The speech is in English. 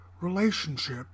relationship